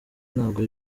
ntabwo